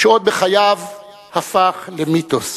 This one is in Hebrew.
שעוד בחייו הפך למיתוס